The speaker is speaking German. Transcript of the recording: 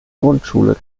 grundschule